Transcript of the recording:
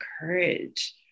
courage